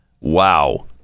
Wow